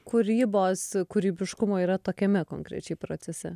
kūrybos kūrybiškumo yra tokiame konkrečiai procese